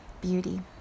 beauty